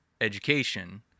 education